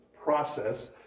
process